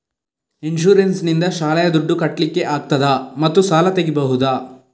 Insurance ನಿಂದ ಶಾಲೆಯ ದುಡ್ದು ಕಟ್ಲಿಕ್ಕೆ ಆಗ್ತದಾ ಮತ್ತು ಸಾಲ ತೆಗಿಬಹುದಾ?